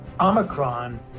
Omicron